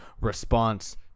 response